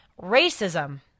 Racism